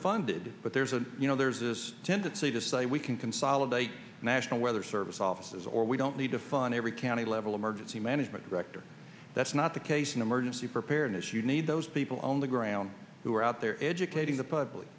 funded but there's a you know there's this tendency to say we can consolidate the national weather service offices or we don't need to fund every county level emergency management director that's not the case in emergency preparedness you need those people on the ground who are out there educating the public